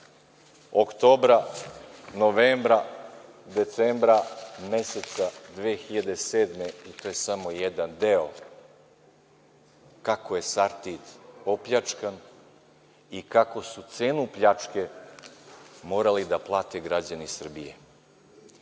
oktobra, novembra, decembra meseca 2007. godine i to je samo jedan deo, kako je „Sartid“ opljačkan i kako su cenu pljačke morali da plate građani Srbije. Sve